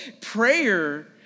prayer